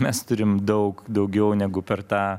mes turim daug daugiau negu per tą